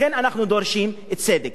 לכן אנחנו דורשים צדק.